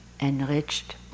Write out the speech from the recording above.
enriched